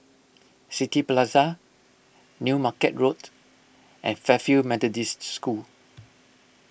City Plaza New Market Road and Fairfield Methodists School